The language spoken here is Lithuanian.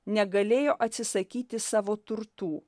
negalėjo atsisakyti savo turtų